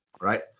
right